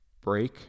break